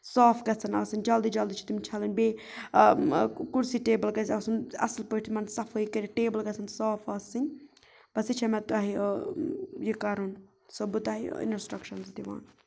صاف گژھن آسٕنۍ جلدی جلدی چھِ تِم چھَلٕنۍ بیٚیہِ کُرسی ٹیبٕل گژھِ آسُن اَصٕل پٲٹھۍ یِمَن صفٲیی کٔرِتھ ٹیبٕل گژھن صاف آسٕنۍ بَس یہِ چھےٚ مےٚ تۄہہِ یہِ کَرُن یہِ چھَسو بہٕ تۄہہِ اِنسٹرٛکشَنٕز دِوان